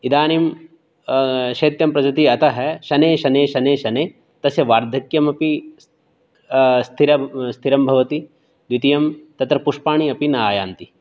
इदानीं शैत्यं प्रजति अतः शनैः शनैः शनैः शनैः तस्य वार्धक्यमपि स्थिर स्थिरं भवति द्वितीयं तत्र पुष्पाणि अपि न आयान्ति